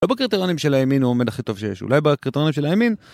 בקריטרנים של הימין הוא עומד הכי טוב שיש, אולי בקריטרנים של הימין...